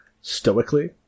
stoically